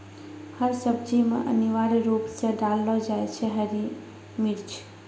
हर सब्जी मॅ अनिवार्य रूप सॅ डाललो जाय छै हरी मिर्च